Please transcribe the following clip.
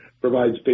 provides